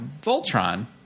Voltron